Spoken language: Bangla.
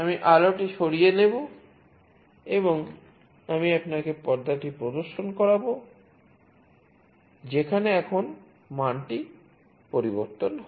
আমি আলোটি সরিয়ে নেব এবং আমি আপনাকে পর্দাটি প্রদর্শন করাব যেখানে এখন মানটি পরিবর্তন হয়